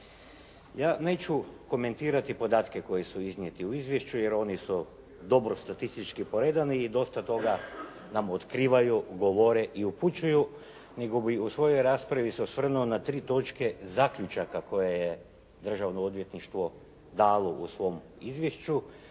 Ja neću komentirati podatke koji su iznijeti u izvješću jer oni su dobro statistički poredani i dosta toga nam otkrivaju, govore i upućuju, nego bi u svojoj raspravi se osvrnuo na tri točke zaključaka koje je državno odvjetništvo dalo u svom izvješću,